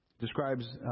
Describes